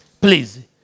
Please